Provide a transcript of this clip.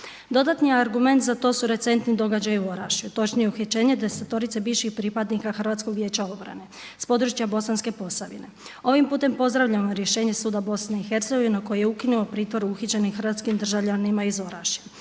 Dodatni argument za to su recentni događaji u Orašju, točnije uhićenje desetorice bivših pripadnika Hrvatskog vijeća obrane s područja Bosanske Posavine. Ovim putem pozdravljamo rješenje suda Bosne i Hercegovine koji je ukinuo pritvor uhićenim hrvatskim državljanima iz Orašja.